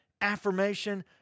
Affirmation